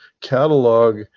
catalog